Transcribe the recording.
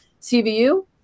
CVU